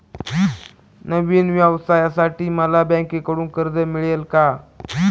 नवीन व्यवसायासाठी मला बँकेकडून कर्ज मिळेल का?